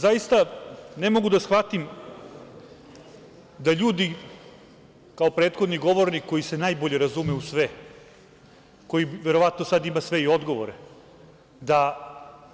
Zaista ne mogu da shvatim da ljudi, kao prethodni govornik koji se najbolje razume u sve, koji verovatno sada ima i sve odgovore,